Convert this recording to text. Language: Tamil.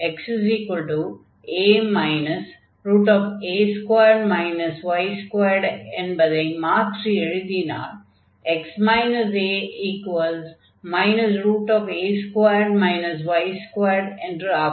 xa என்பதை மாற்றி எழுதினால் x a என்று ஆகும்